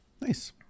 Nice